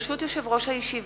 ברשות יושב-ראש הישיבה,